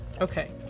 okay